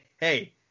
hey